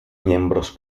miembros